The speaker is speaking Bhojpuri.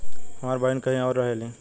हमार बहिन कहीं और रहेली